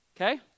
okay